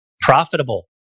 profitable